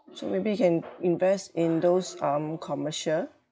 so maybe you can invest in those um commercial